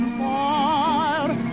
fire